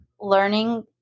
learning